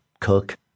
cook